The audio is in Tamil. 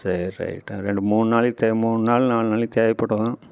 சேரி ரைட்டுங்க ரெண்டு மூண் நாளைக்கு தேவை மூண் நாள் நால் நாளைக்கு தேவைப்படும்